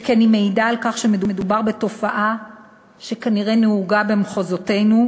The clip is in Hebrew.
שכן היא מעידה על כך שמדובר בתופעה שכנראה נהוגה במחוזותינו,